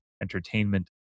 entertainment